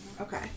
okay